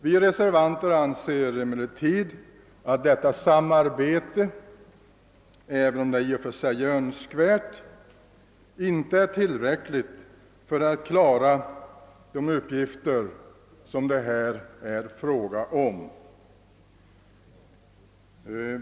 Vi reservanter anser emellertid att det samarbete som utskottet åberopar, även om det i och för sig är Önskvärt, inte är tillräckligt för att handlägga de uppgifter som det här är fråga om.